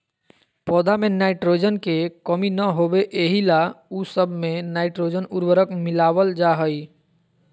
पौध में नाइट्रोजन के कमी न होबे एहि ला उ सब मे नाइट्रोजन उर्वरक मिलावल जा हइ